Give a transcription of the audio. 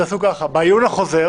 בעיון החוזר